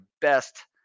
best